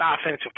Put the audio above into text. offensive